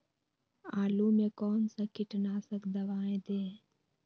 आलू में कौन सा कीटनाशक दवाएं दे?